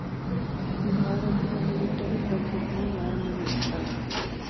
ಭಾರತದ ಮಿಲಿಟರಿ ಬಜೆಟ್ನ ಯಾರ ಮಂಡಿಸ್ತಾರಾ